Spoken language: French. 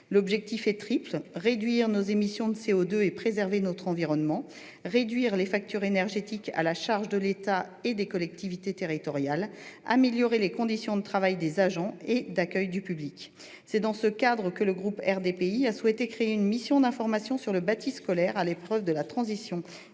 L'objectif est triple : réduire nos émissions de CO2 et préserver notre environnement, diminuer les factures énergétiques à la charge de l'État et des collectivités territoriales, enfin, améliorer les conditions de travail des agents et d'accueil du public. C'est dans ce cadre d'action que le groupe RDPI a souhaité créer une mission d'information sur « Le bâti scolaire à l'épreuve de la transition